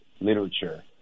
literature